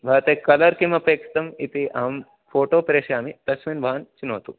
भवते कलर् किमपेक्षितम् इति अहं फ़ोटो प्रेषयामि तस्मिन् भवान् चिनोतु